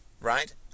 right